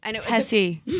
Tessie